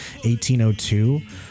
1802